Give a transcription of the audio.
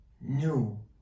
new